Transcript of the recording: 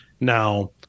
Now